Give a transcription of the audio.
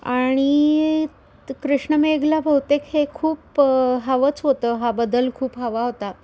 आणि कृष्णमेघला बहुतेक हे खूप हवंच होतं हा बदल खूप हवा होता